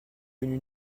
venus